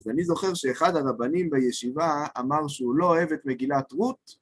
ואני זוכר שאחד הרבנים בישיבה אמר שהוא לא אוהב את מגילת רות,